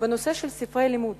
בנושא של ספרי לימוד